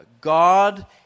God